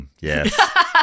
yes